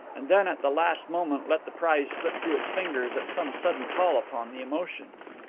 and then at the last moment let the prize slip through its fingers at some sudden call upon the emotions.